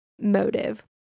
motive